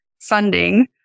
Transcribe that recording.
funding